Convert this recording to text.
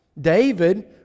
David